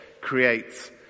creates